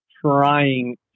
trying